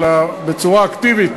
אלא בצורה אקטיבית,